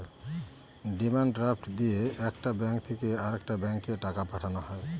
demand draft দিয়ে একটা bank থেকে আরেকটা ব্যাঙ্কে টাকা পাঠানো হয়